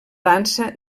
dansa